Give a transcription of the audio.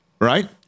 right